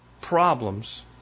problems